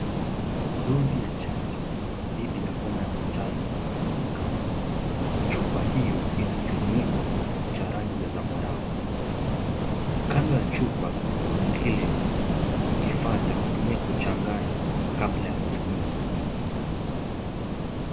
Dozi ya chanjo, dhidi ya homa ya manjano inaonekana. Dozi hiyo ina kifuniko cha rangi ya zambarau. Kando ya chupa, kuna kile kifaa cha kutumia kuchanganya kabla ya kutumia.